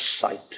sight